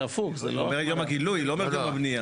היא אומרת יום הגילוי, לא אומרת יום הבנייה.